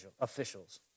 officials